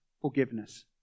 Forgiveness